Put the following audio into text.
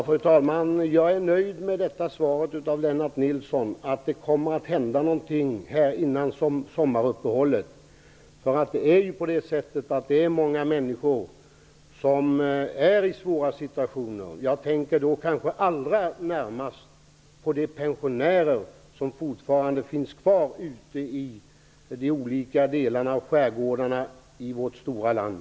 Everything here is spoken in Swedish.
Fru talman! Jag är nöjd med Lennart Nilssons svar att det kommer att hända någonting före sommaruppehållet. Många människor är i svåra situationer. Jag tänker kanske allra närmast på de pensionärer som fortfarande finns kvar ute i de olika skärgårdarna i vårt stora land.